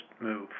move